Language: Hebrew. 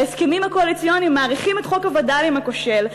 ההסכמים הקואליציוניים מאריכים את חוק הווד"לים הכושל,